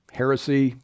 heresy